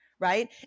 right